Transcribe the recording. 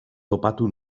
topatu